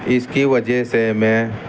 اس کی وجہ سے میں